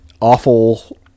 awful